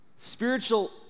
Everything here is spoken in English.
Spiritual